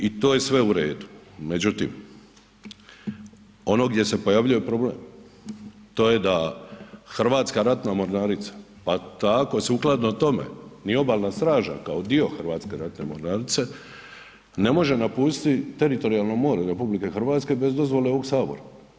I to je sve u redu međutim ono gdje se pojavljujem problem, to je da Hrvatska ratna mornarica pa tako sukladno tome ni Obalna straža kao dio Hrvatske ratne mornarice, ne može napustiti teritorijalno more RH bez dozvole ovog Sabora.